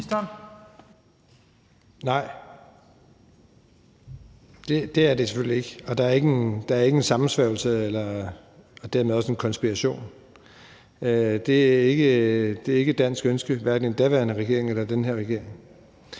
Nej. Det er det selvfølgelig ikke, og der er ikke en sammensværgelse og dermed heller ikke en konspiration. Det er ikke et dansk ønske, hverken fra den daværende eller den her regerings